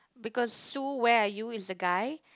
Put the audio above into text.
because Sue where are you is the guy